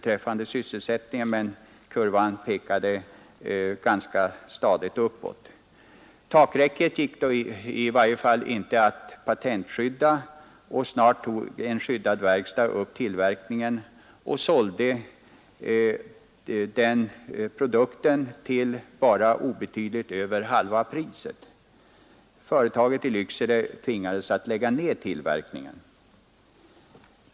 Takräcket gick dock inte att patentskydda, och snart tog en skyddad verkstad upp tillverkningen och sålde produkten för obetydligt över halva priset. Företaget i Lycksele tvingades lägga ned tillverkningen.